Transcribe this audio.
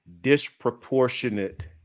disproportionate